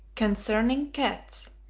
concerning cats,